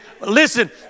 listen